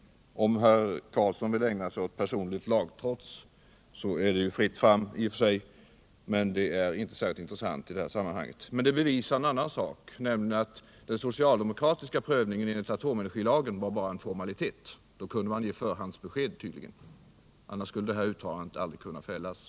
Om herr Carlsson vill ägna sig åt personlig lagtrots är det i och för sig fritt fram för det, men det är inte särskilt intressant i detta sammanhang. Däremot bevisar detta att den socialdemokratiska prövningen enligt atomenergilagen bara var en formalitet, eftersom man tydligen kunde ge förhandsbesked — annars skulle ju det här uttalandet aldrig ha kunnat fällas.